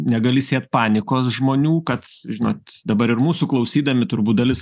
negali sėt panikos žmonių kad žinot dabar ir mūsų klausydami turbūt dalis